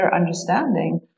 understanding